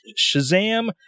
Shazam